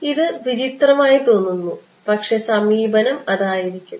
ഇത് വിചിത്രമായി തോന്നുന്നു പക്ഷേ സമീപനം അതായിരിക്കും